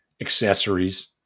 accessories